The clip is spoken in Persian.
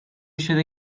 شده